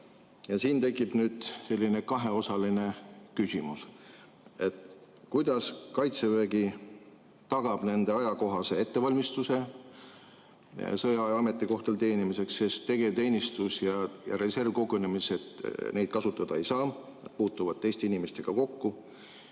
Siin tekib selline kaheosaline küsimus. Kuidas Kaitsevägi tagab nende ajakohase ettevalmistuse sõjaaja ametikohtadel teenimiseks, kui tegevteenistuses ja reservkogunemistel neid kasutada ei saa, sest nad puutuvad seal teiste inimestega kokku?